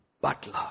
butler